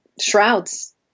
shrouds